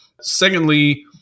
secondly